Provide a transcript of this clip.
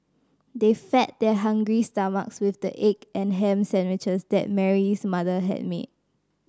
they fed their hungry stomachs with the egg and ham sandwiches that Mary's mother had made